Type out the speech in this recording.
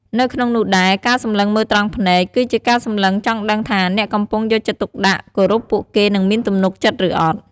នៅក្នុងនោះដែរ ការសម្លឹងមើលត្រង់ភ្នែកគឺជាការសម្លឹងចង់ដឹងថាអ្នកកំពុងយកចិត្តទុកដាក់ គោរពពួកគេ និងមានទំនុកចិត្តឬអត់។